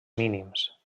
mínims